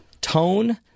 tone